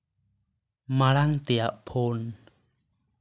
ᱢᱟᱲᱟᱝ ᱛᱮᱭᱟᱜ ᱯᱷᱳᱱ